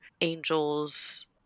Angels